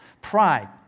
pride